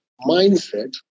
mindset